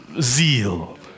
zeal